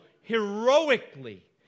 heroically